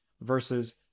versus